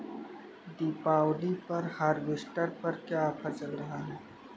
दीपावली पर हार्वेस्टर पर क्या ऑफर चल रहा है?